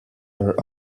are